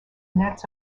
nets